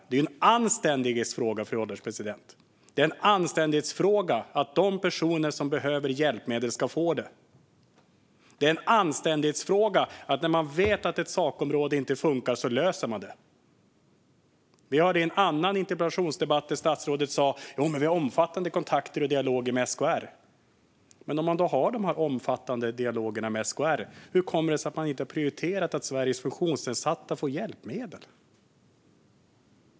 Det är en anständighetsfråga, fru ålderspresident - de personer som behöver hjälpmedel ska få dem, och när man vet att ett sakområde inte funkar löser man det. Vi har omfattande kontakter och dialoger med SKR, hörde vi statsrådet säga i en annan interpellationsdebatt. Men om man har de här omfattande dialogerna med SKR, hur kommer det sig då att man inte har prioriterat att Sveriges funktionsnedsatta får hjälpmedel?